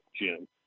Jim